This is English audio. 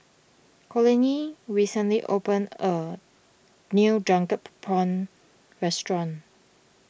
Conley recently opened a new Drunk Prawns restaurant